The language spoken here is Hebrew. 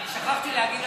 אני שכחתי להגיד,